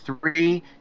three